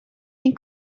این